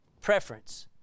preference